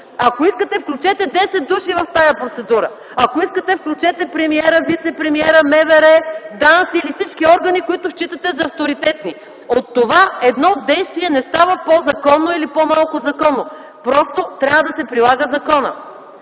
Ако искате, включете десет души в тази процедура, ако искате, включете премиера, вицепремиера, МВР, ДАНС, или всички органи, които считате за авторитетни – от това едно действие не става по-законно или по-малко законно. Просто, трябва да се прилага законът.